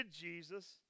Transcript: Jesus